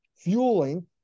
fueling